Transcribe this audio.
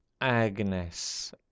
Agnes